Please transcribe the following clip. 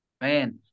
man